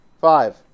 Five